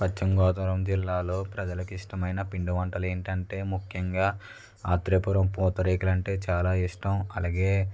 పశ్చిమ గోదావరి జిల్లాలో ప్రజలకు ఇష్టమైన పిండి వంటలు ఏంటంటే ముఖ్యంగా ఆత్రేయపురం పూతరేకులు అంటే చాలా ఇష్టం అలాగే